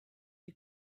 you